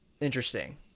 Interesting